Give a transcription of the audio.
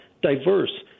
diverse